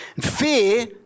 Fear